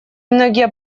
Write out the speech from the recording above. многие